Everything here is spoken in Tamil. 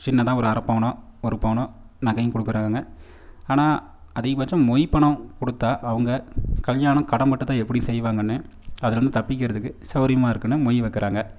சின்னதாக ஒரு அரை பவுனோ ஒரு பவுனோ நகையும் கொடுக்குறாங்க ஆனால் அதிக பட்சம் மொய் பணம் குடுத்தால் அவங்க கல்யாணம் கடன் பட்டுந்தான் எப்படி செய்வாங்கன்னு அதுலேயிருந்து தப்பிக்கிறதுக்கு சவுகரியமா இருக்குதுனு மொய் வைக்கிறாங்க